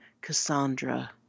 Cassandra